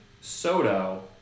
Soto